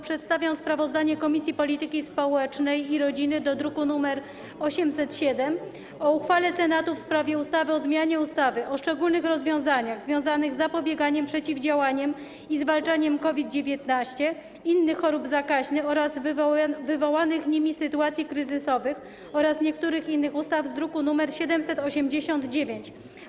Przedstawiam sprawozdanie Komisji Polityki Społecznej i Rodziny zawarte w druku nr 807 o uchwale Senatu w sprawie ustawy o zmianie ustawy o szczególnych rozwiązaniach związanych z zapobieganiem, przeciwdziałaniem i zwalczaniem COVID-19, innych chorób zakaźnych oraz wywołanych nimi sytuacji kryzysowych oraz niektórych innych ustaw, druk nr 789.